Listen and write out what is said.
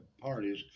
parties